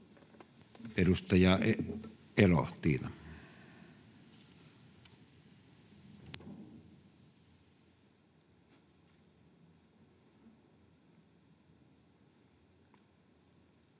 Edustaja Elo, Tiina.